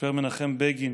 סיפר מנחם בגין